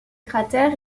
cratère